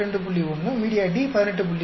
1 media D 18